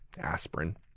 aspirin